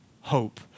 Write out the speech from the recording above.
hope